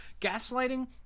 gaslighting